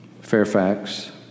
Fairfax